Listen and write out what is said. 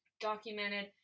documented